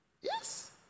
Yes